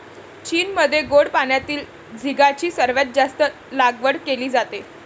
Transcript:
चीनमध्ये गोड पाण्यातील झिगाची सर्वात जास्त लागवड केली जाते